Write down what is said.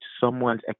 someone's